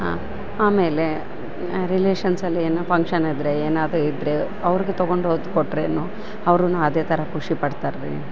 ಹಾಂ ಆಮೇಲೆ ರಿಲೇಶನ್ಸ್ ಅಲ್ಲಿ ಏನೋ ಫಂಕ್ಷನ್ ಇದ್ರೆ ಏನಾದರು ಇದ್ರೆ ಅವ್ರಿಗೆ ತಗೊಂಡು ಹೋದೆ ಕೊಟ್ರೇನೂ ಅವರು ಅದೇ ಥರ ಖುಷಿ ಪಡ್ತಾರೆ ರಿ